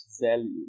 value